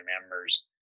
members